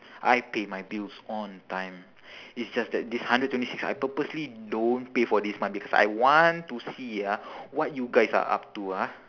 I pay my bills on time it's just that this hundred twenty six I purposely don't pay for this month because I want to see ah what you guys are up to ah